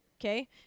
Okay